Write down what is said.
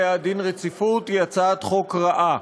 רציפות היא הצעת חוק רעה.